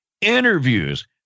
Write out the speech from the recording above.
interviews